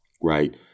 Right